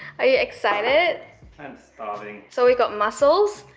are you excited i'm starving. so we got mussels,